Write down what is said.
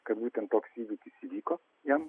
kad būtent toks įvykis įvyko jam